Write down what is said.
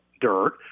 dirt